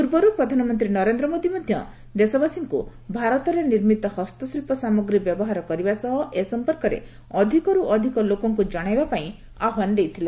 ପୂର୍ବରୁ ପ୍ରଧାନମନ୍ତ୍ରୀ ନରେନ୍ଦ୍ର ମୋଦୀ ମଧ୍ୟ ଦେଶବାସୀଙ୍କୁ ଭାରତରେ ନିର୍ମିତ ହସ୍ତଶିଳ୍ପ ସାମଗ୍ରୀ ବ୍ୟବହାର କରିବା ସହ ଏ ସମ୍ପର୍କରେ ଅଧିକରୁ ଅଧିକ ଲୋକଙ୍କୁ ଜଣାଇବା ପାଇଁ ଆହ୍ୱାନ ଦେଇଥିଲେ